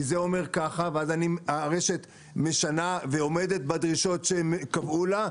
כי זה אומר ככה ואז הרשת משנה ועומדת בדרישות שקבעו לה,